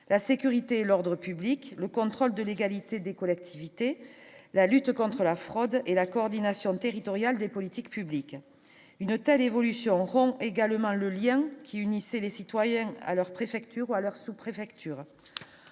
la sécurité et l'ordre public, le contrôle de légalité des collectivités, la lutte contre la fraude et la coordination territoriale des politiques publiques, une telle évolution rend également le lien qui unissait les citoyens à leur préfecture ou à leurs sous-préfecture,